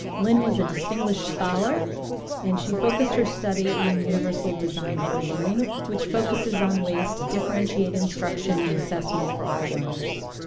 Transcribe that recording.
lynn was a distinguished scholar and she focused her study on universal design for learning which focuses on ways to differentiate instruction and assessment for all learners.